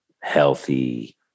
healthy